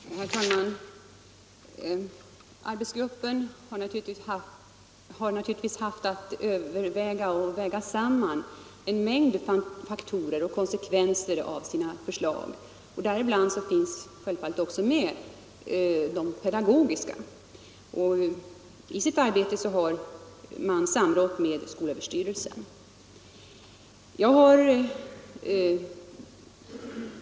Herr talman! Arbetsgruppen har haft att väga samman en mängd faktorer när det gäller att försöka bedöma konsekvenserna av sina förslag och däribland finns naturligtvis även de pedagogiska faktorerna. I detta arbete har man också samrått med skolöverstyrelsen.